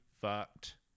fucked